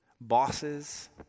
bosses